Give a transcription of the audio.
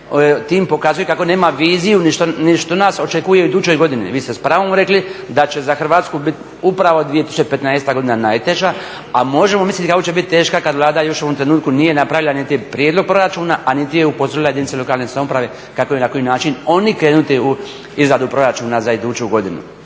tim pokazuje kako nema viziju ni što nas očekuje u idućoj godini. Vi ste s pravom rekli da će za Hrvatsku biti upravo 2015. godina najteža a možemo misliti kako će biti teška kada Vlada još u ovom trenutku nije napravila niti prijedlog proračuna a niti je upozorila jedinice lokalne samouprave kako i na koji način oni krenuti u izradu proračuna za iduću godinu.